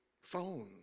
phone